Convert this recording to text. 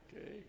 Okay